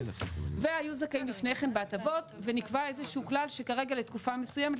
והיו זכאים לפני כן בהטבות ונקבע איזה שהוא כלל שכרגע לתקופה מסוימת,